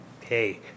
hey